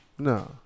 no